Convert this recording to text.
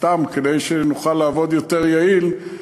סתם כדי שנוכל לעבוד יותר יעיל,